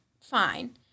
fine